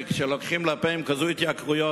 כי כשלוקחים לפה עם כאלה התייקרויות,